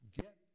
get